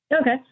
Okay